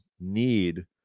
need